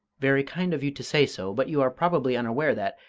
very kind of you to say so but you are probably unaware that,